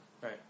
Right